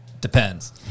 Depends